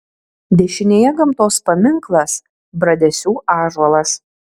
dešinėje gamtos paminklas bradesių ąžuolas